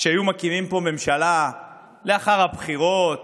כשהיו מקימים פה ממשלה לאחר הבחירות